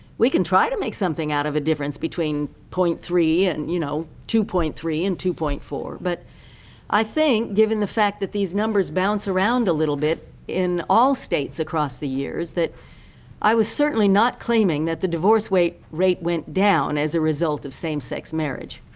we can try to make something out of a difference between point three and you know, two point three and two point four. but i think given the fact that these numbers bounce around a little bit in all states across years, that i was certainly not claiming that the divorce rate rate went down as a result of same-sex marriage.